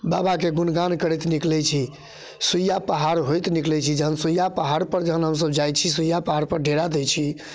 बाबाके गुणगान करैत निकलैत छी सुइया पहाड़ होइत निकलैत छी जखन सुइया पहाड़पर जखन हमसभ जाइत छी सुइया पहाड़पर डेरा दैत छी